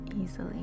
easily